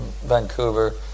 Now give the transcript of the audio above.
Vancouver